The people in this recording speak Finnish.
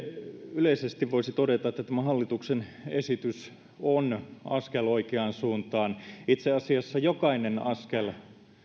yleisesti voisi todeta että tämä hallituksen esitys on askel oikeaan suuntaan itse asiassa jokainen askel